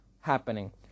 happening